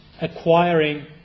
Acquiring